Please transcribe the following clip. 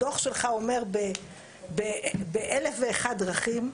הדו"ח שלך אומר באלף ואחד דרכים,